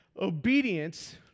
Obedience